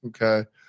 Okay